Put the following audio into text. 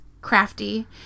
crafty